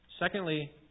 Secondly